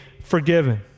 forgiven